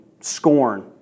Scorn